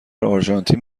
آرژانتین